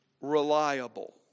reliable